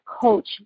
coach